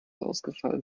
ausfallen